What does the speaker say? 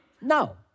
No